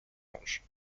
ange